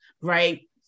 right